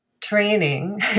training